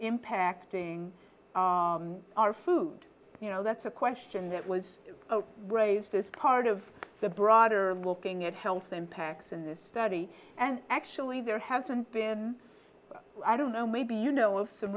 impacting our food you know that's a question that was raised as part of the broader looking at health impacts in this study and actually there hasn't been i don't know maybe you know of some